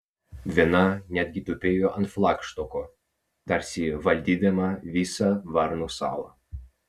viena netgi tupėjo ant flagštoko tarsi valdydama visą varnų salą